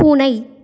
பூனை